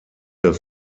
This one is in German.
der